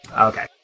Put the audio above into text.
Okay